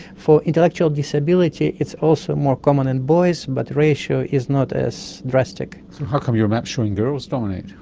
for intellectual disability it's also more common in boys, but the ratio is not as drastic. so how come your map is showing girls dominate?